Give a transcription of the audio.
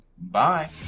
bye